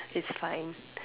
it's fine